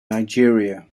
nigeria